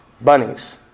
bunnies